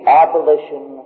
abolition